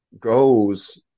goes